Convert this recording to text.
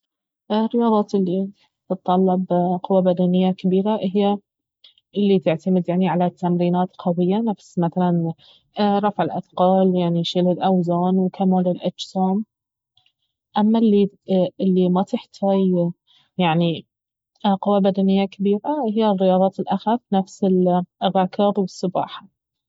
الرياضات الي تتطلب قوة بدنية كبيرة اهي الي تعتمد يعني على تمرينات قوية نفس مثلا رفع الاثقال يعني شيل الاوزان وكمال الاجسام اما الي ما تحتاي يعني قوة بدنية كبيرة اهي الرياضات الاخف نفس الركض والسباحة